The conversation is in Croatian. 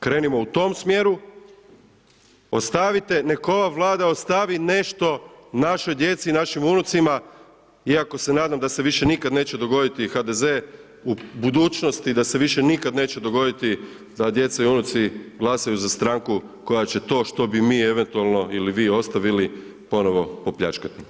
Krenimo u tom smislu, ostavite nek ova Vlada ostavi nešto našoj djeci i našim unucima iako se nadam da se više nikad neće dogoditi HDZ u budućnost, da se više nikad neće dogoditi da djeca i unuci glasaju za stranku koja će to što bi mi eventualno ili vi ostavili ponovo popljačkati.